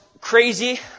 crazy